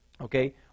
Okay